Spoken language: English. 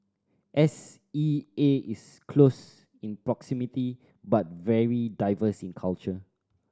S E A is close in proximity but very diverse in culture